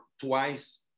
twice